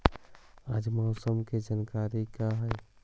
आज मौसम के जानकारी का हई?